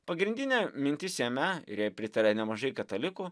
pagrindinė mintis jame ir jai pritaria nemažai katalikų